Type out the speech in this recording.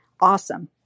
Awesome